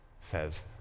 says